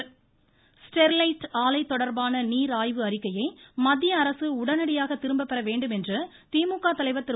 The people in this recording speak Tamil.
ஸ்டாலின் ஸ்டெர்லைட் ஆலை தொடர்பான நீர் ஆய்வு அறிக்கையை மத்திய அரசு உடனடியாக திரும்பப் பெற வேண்டும் என்று திமுக தலைவர் திரு